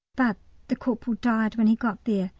but the corporal died when he got there,